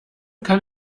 kann